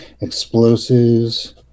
explosives